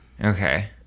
Okay